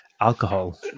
alcohol